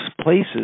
places